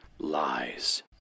lies